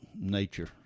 nature